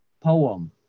poem